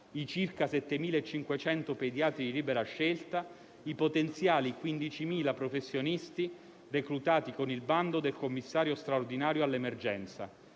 i circa 7.500 pediatri di libera scelta; i potenziali 15.000 professionisti reclutati con il bando del commissario straordinario all'emergenza.